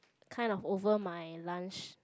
kind of over my lunch